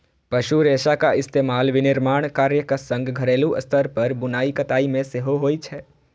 पशु रेशाक इस्तेमाल विनिर्माण कार्यक संग घरेलू स्तर पर बुनाइ कताइ मे सेहो होइ छै